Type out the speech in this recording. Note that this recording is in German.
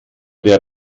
der